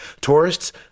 Tourists